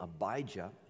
Abijah